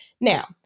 Now